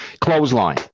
Clothesline